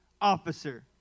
officer